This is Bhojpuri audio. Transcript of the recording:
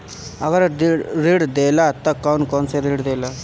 अगर ऋण देला त कौन कौन से ऋण देला?